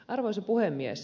arvoisa puhemies